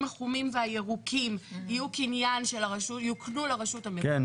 החומרים והירוקים יוקנו לרשות המקומית --- כן,